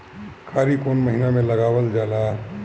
खीरा कौन महीना में लगावल जाला?